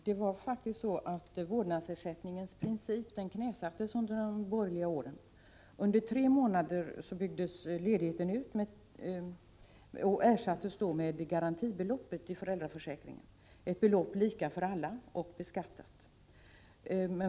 Herr talman! Vårdnadsersättningens princip knäsattes faktiskt under de borgerliga regeringsåren. I föräldraförsäkringen infördes då ett garantibelopp, ett belopp lika för alla och beskattat.